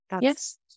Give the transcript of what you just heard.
Yes